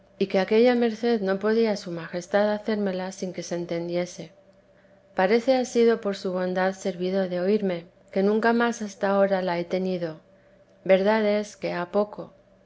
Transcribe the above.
y que aquella merced no podía su majestad hacérmela sin que se entendiese parece ha sido por su bondad servido de oírme que nunca más hasta ahora la he tenido verdad es que ha poco